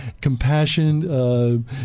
compassion